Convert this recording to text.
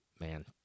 Man